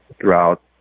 throughout